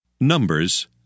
Numbers